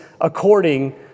according